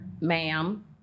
ma'am